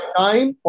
time